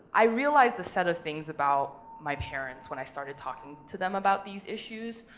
i realized a set of things about my parents when i started talking to them about these issues,